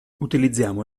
utilizziamo